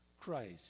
Christ